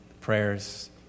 prayers